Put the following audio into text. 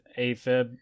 AFib